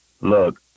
look